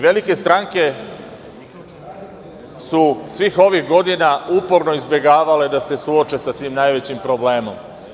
Velike stranke su svih ovih godina uporno izbegavale da se suoče sa tim najvećim problemom.